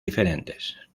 diferentes